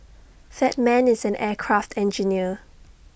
that man is an aircraft engineer